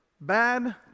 Bad